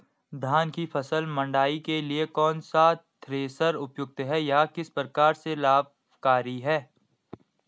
धान की फसल मड़ाई के लिए कौन सा थ्रेशर उपयुक्त है यह किस प्रकार से लाभकारी है?